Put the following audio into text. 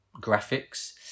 graphics